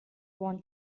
want